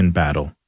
battle